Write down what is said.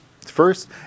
first